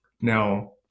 now